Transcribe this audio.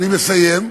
אני מסיים,